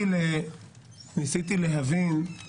לְהֵיטִיב׃